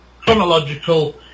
chronological